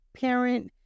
parent